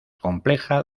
compleja